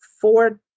four